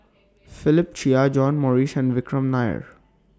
Philip Chia John Morrice and Vikram Nair